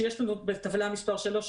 בטבלה מספר 3,